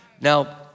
Now